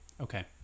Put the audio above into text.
Okay